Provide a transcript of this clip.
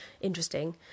interesting